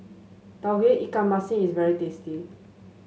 Tauge Ikan Masin is very tasty